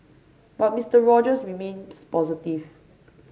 but Mister Rogers remains positive